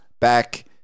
back